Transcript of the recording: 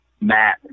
Matt